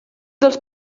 dels